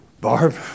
Barb